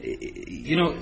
you know